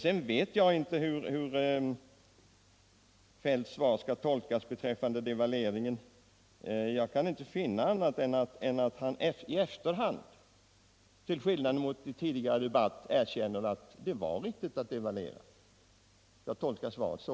Sedan vet jag inte hur herr Feldts svar skall tolkas beträffande devalveringen. Jag kan inte finna annat än att han i efterhand — till skillnad mot i tidigare debatter — erkänner att det var riktigt att devalvera. Jag tolkar svaret så.